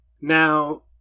Now